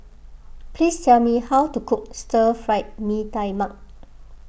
please tell me how to cook Stir Fried Mee Tai Mak